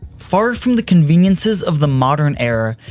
far from the conveniences of the modern era,